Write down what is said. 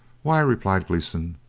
why, replied gleeson,